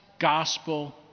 gospel